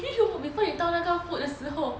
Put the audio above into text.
before 你倒那个 food 的时候